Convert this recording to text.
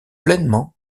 pleinement